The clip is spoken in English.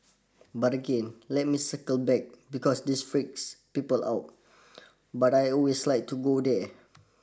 but again let me circle back because this freaks people out but I always like to go there